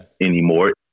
anymore